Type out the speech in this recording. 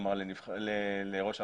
כלומר לראש הרשות,